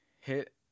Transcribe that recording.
hit